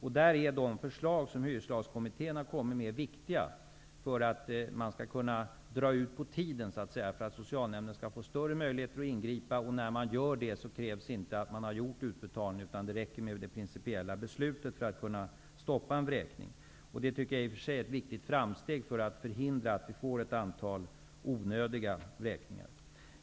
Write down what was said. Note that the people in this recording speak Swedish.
Här är de förslag som hyreslagskommittén kommit med viktiga för att man så att säga skall kunna dra ut på tiden, så att socialnämnden får större möjligheter att ingripa. Det krävs då inte att det har gjorts en utbetalning, utan det räcker med det principiella beslutet för att kunna stoppa en vräkning. Det är ett viktigt framsteg för att förhindra att vi får ett antal onödiga vräkningar.